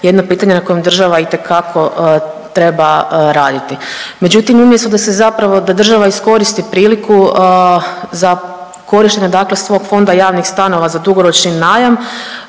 jedno pitanje na kojem država itekako treba raditi. Međutim, umjesto da se zapravo, da država iskoristi priliku za korištenje dakle svog fonda javnih stanova za dugoročni najam